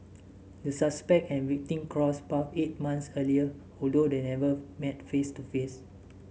the suspect and victim crossed paths eight months earlier although they never met face to face